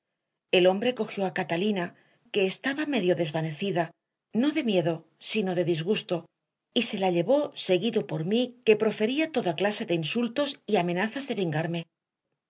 el hombre cogió a catalina que estaba medio desvanecida no de miedo sino de disgusto y se la llevó seguido por mí que profería toda clase de insultos y amenazas de vengarme